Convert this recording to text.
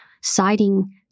citing